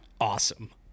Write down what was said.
Awesome